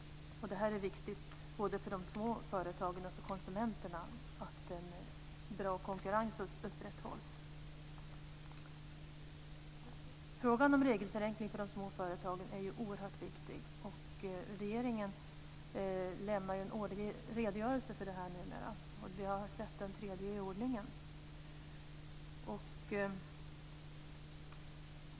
Det är viktigt både för små företag och för konsumenterna att en bra konkurrens upprätthålls. Frågan om regelförenkling för de små företagen är oerhört viktig. Regeringen lämnar numera en årlig redogörelse för detta, och vi har nu sett den tredje i ordningen.